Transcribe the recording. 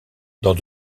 dans